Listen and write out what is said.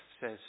says